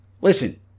Listen